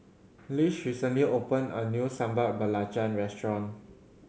Lish recently open a new Sambal Belacan restaurant